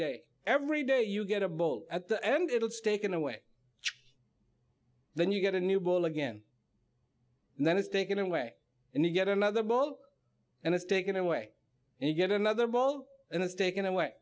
day every day you get a boat at the end it'll stake in a way then you get a new ball again and then it's taken away and you get another ball and it's taken away and yet another ball and it's taken away